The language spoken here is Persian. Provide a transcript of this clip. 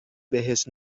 بهش